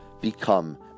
become